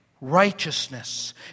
righteousness